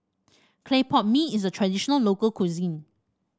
Clay Pot Mee is a traditional local cuisine